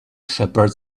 shepherd